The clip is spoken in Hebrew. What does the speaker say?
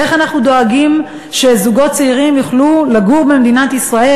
איך אנחנו דואגים שזוגות צעירים יוכלו לגור במדינת ישראל,